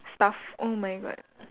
stuff oh my god